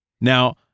Now